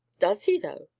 does he, though!